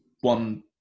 one